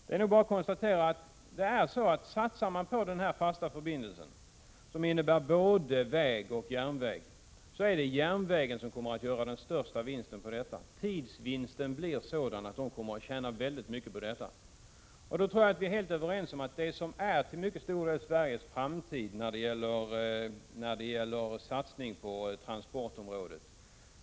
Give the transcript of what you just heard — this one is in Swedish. Man kan konstatera att om man satsar på den här fasta förbindelsen som både innebär väg och järnväg, så är det järnvägen som kommer att göra den största vinsten. Tidsvinsten blir sådan att den kommer att tjäna väldigt mycket på detta. Jag tror att vi är helt överens om att kombitrafiken till mycket stor del är Sveriges framtid när det gäller satsning på transportområdet.